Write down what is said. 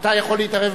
אני יכול להתערב?